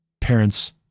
parents